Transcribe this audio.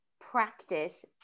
practice